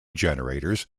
generators